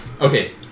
Okay